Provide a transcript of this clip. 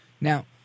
Now